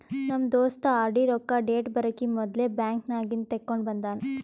ನಮ್ ದೋಸ್ತ ಆರ್.ಡಿ ರೊಕ್ಕಾ ಡೇಟ್ ಬರಕಿ ಮೊದ್ಲೇ ಬ್ಯಾಂಕ್ ನಾಗಿಂದ್ ತೆಕ್ಕೊಂಡ್ ಬಂದಾನ